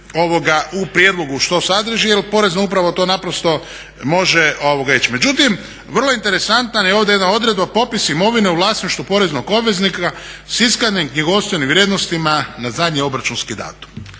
u prijedlogu što sadrži jer Porezna upravo to može ići. Međutim vrlo je interesantna ovdje jedna odredba popis imovine u vlasništvu poreznog obveznika s … knjigovodstvenim vrijednostima na zadnji obračunski datum.